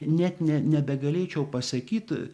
net ne nebegalėčiau pasakyt